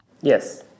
Yes